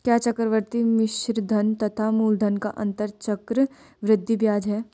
क्या चक्रवर्ती मिश्रधन तथा मूलधन का अंतर चक्रवृद्धि ब्याज है?